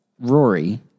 Rory